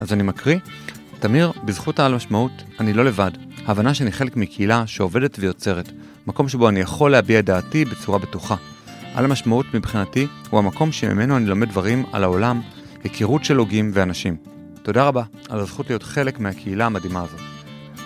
אז אני מקרי, תמיר בזכות העל משמעות אני לא לבד, ההבנה שאני חלק מקהילה שעובדת ויוצרת, מקום שבו אני יכול להביע את דעתי בצורה בטוחה. על המשמעות מבחינתי הוא המקום שממנו אני לומד דברים על העולם, היכרות של הוגים ואנשים. תודה רבה על הזכות להיות חלק מהקהילה המדהימה הזאת.